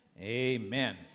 amen